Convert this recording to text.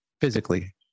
physically